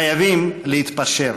חייבים להתפשר.